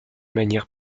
manière